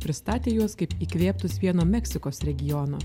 pristatė juos kaip įkvėptus vieno meksikos regiono